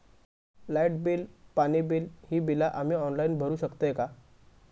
Light bill, पाणी bill, ही बिला आम्ही ऑनलाइन भरू शकतय का?